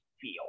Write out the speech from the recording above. feel